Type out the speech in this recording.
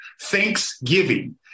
Thanksgiving